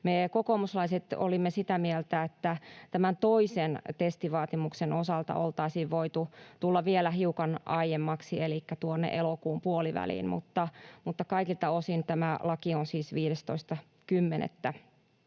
Me kokoomuslaiset olimme sitä mieltä, että tämän toisen testivaatimuksen osalta oltaisiin voitu tulla vielä hiukan aiemmaksi elikkä tuonne elokuun puoliväliin, mutta kaikilta osin tämä laki on siis 15.10.